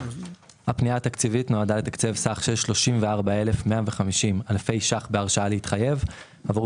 הפנייה התקציבית נועדה לתקצב סך של 34,150,000 ₪ בהרשאה להתחייב עבור